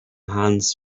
hands